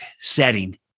setting